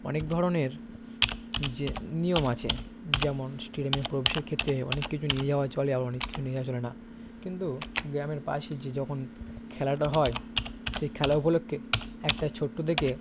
অনেক ধরনের যে নিয়ম আছে যেমন স্টেডিয়ামে প্রবেশের ক্ষেত্রে অনেক কিছু নিয়ে যাওয়া চলে আবার অনেক কিছু নিয়ে যাওয়া চলে না কিন্তু গ্রামের পাশে যে যখন খেলাটা হয় সেই খেলা উপলক্ষ্যে একটা ছোট্টো দেখে